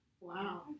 Wow